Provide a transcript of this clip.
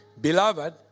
Beloved